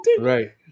Right